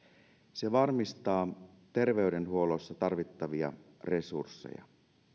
se varmistaa terveydenhuollossa tarvittavia resursseja